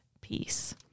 peace